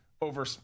over